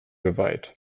geweiht